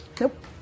Nope